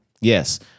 Yes